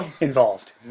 involved